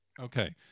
Okay